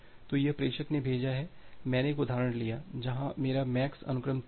तो यहाँ प्रेषक ने भेजा है मैंने एक उदाहरण लिया है जहाँ मेरा MAX अनुक्रम 3 है